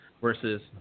versus